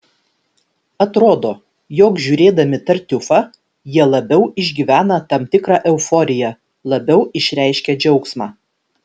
atrodo jog žiūrėdami tartiufą jie labiau išgyvena tam tikrą euforiją labiau išreiškia džiaugsmą